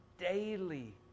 daily